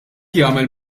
jagħmel